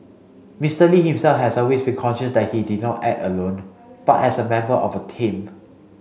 Mister Lee himself has always conscious that he did not act alone but as a member of a team